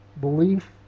belief